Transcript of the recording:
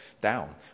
down